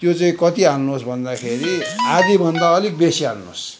त्यो चाहिँ कति हाल्नुहोस् भन्दाखेरि आधाभन्दा अलिक बेसी हाल्नुहोस्